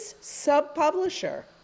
sub-publisher